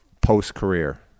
post-career